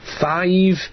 Five